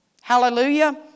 Hallelujah